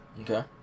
Okay